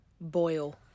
Boil